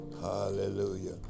Hallelujah